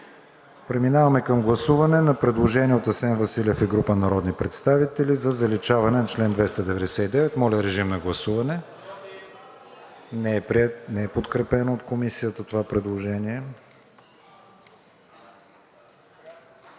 Преминаваме към гласуване на предложение от Асен Василев и група народни представители за заличаване на чл. 299. Не е подкрепено от Комисията това предложение.